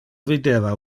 videva